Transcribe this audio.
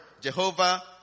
Jehovah